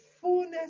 fullness